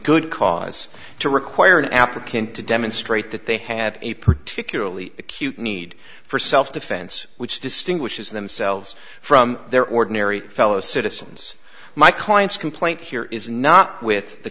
good cause to require an african to demonstrate that they have a particularly acute need for self defense which distinguishes themselves from their ordinary fellow citizens my clients complaint here is not with the